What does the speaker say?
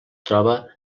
troba